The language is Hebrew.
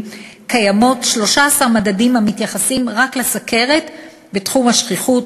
קיימים 13 מדדים המתייחסים רק לסוכרת בתחום השכיחות,